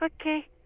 Okay